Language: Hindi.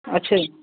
अच्छा जी